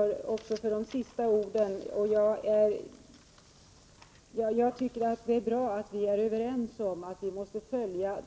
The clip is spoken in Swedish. Herr talman! Jag vill tacka utrikesministern också för de sista orden. Det är bra att vi är överens om att vi måste följa